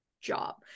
job